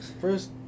first